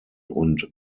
und